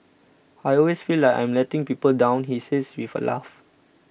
I always feel like I am letting people down he says with a laugh